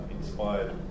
inspired